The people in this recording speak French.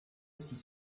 six